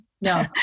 No